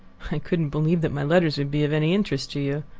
i couldn't believe that my letters would be of any interest to you.